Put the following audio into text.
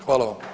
Hvala vam.